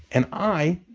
and i?